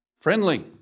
friendly